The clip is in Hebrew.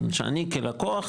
זאת אומרת אני כלקוח,